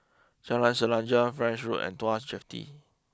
Jalan Sejarah French Road and Tuas Jetty